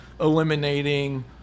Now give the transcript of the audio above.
eliminating